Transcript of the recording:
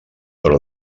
però